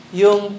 yung